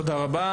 תודה רבה.